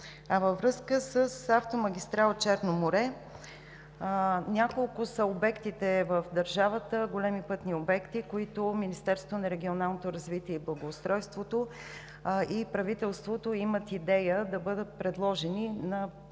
Във връзка с автомагистрала „Черно море“ – няколко са обектите в държавата, големи пътни обекти, които Министерството на регионалното развитие и благоустройството и правителството имат идея да бъдат предложени на